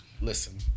Listen